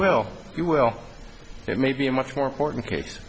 will you will it may be a much more important case